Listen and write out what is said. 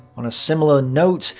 on a similar note,